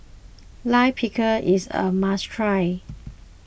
Lime Pickle is a must try